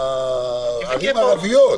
לא בערים הערביות.